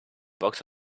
box